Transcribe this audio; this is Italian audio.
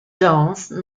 jones